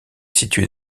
situé